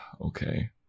okay